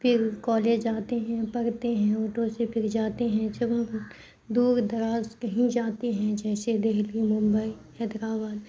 پھر کالج جاتے ہیں پڑھتے ہیں آٹو سے پھر جاتے ہیں جب ہم دور دراز کہیں جاتے ہیں جیسے دہلی ممبئی حیدر آباد